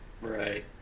Right